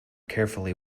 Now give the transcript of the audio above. carefully